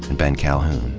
and ben calhoun.